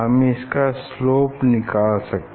हम इसका स्लोप निकाल सकते हैं